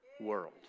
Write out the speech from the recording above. world